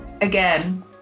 Again